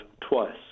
twice